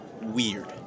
weird